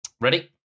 Ready